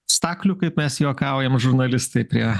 staklių kaip mes juokaujam žurnalistai prie